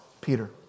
Peter